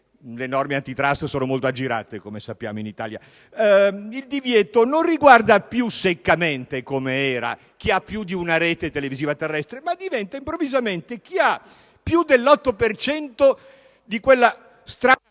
le norme *antitrust* sono molto aggirate - come sappiamo - in Italia) non riguarda più seccamente, come era, chi ha più di una rete televisiva terrestre, ma improvvisamente chi ha più dell'8 per cento di quella strana